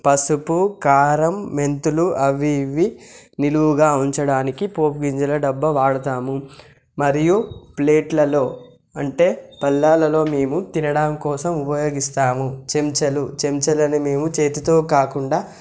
పసుపు కారం మెంతులు అవి ఇవి నిలువుగా ఉంచడానికి పోపు గింజల డబ్బా వాడుతాము మరియు ప్లేట్లలో అంటే పళ్ళాలలో మేము తినడం కోసం ఉపయోగిస్తాము చెంచాలు చెంచాలని మేము చేతితో కాకుండా